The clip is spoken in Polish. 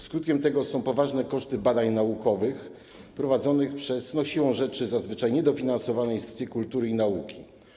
Skutkiem tego są poważne koszty badań naukowych prowadzonych przez siłą rzeczy zazwyczaj niedofinansowane instytucje kultury i nauki.